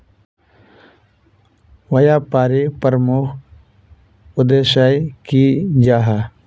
व्यापारी प्रमुख उद्देश्य की जाहा?